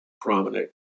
prominent